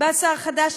בא שר חדש,